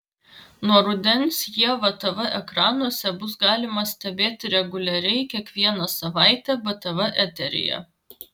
nuo rudens ievą tv ekranuose bus galima stebėti reguliariai kiekvieną savaitę btv eteryje